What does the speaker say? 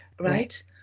right